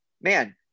man